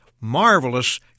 marvelous